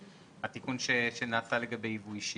התיקון שנעשה לגבי ייבוא אישי,